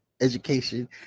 education